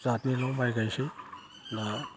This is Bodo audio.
जादनिल' माइ गायोसै दा